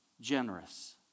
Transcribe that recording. generous